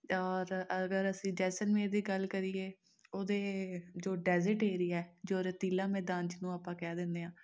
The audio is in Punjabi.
ਔਰ ਅਗਰ ਅਸੀਂ ਜੈਸਲਮੇਰ ਦੀ ਗੱਲ ਕਰੀਏ ਉਹਦੇ ਜੋ ਡੈਜਿਟ ਏਰੀਆ ਜੋ ਰਤੀਲਾ ਮੈਦਾਨ ਜਿਹਨੂੰ ਅਪਾਂ ਕਹਿ ਦਿੰਦੇ ਹਾਂ